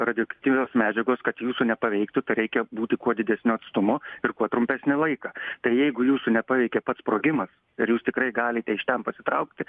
radioaktyvios medžiagos kad jūsų nepaveiktų tai reikia būti kuo didesniu atstumu ir kuo trumpesnį laiką tai jeigu jūsų nepaveikė pats sprogimas ir jūs tikrai galite iš ten pasitraukti